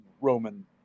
Roman